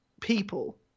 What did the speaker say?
people